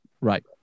right